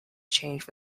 change